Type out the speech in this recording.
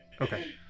Okay